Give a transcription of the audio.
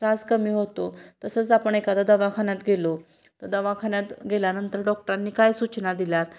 त्रास कमी होतो तसंच आपण एखादा दवाखान्यात गेलो तर दवाखान्यात गेल्यानंतर डॉक्टरांनी काय सूचना दिल्या आहेत